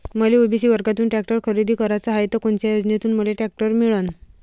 मले ओ.बी.सी वर्गातून टॅक्टर खरेदी कराचा हाये त कोनच्या योजनेतून मले टॅक्टर मिळन?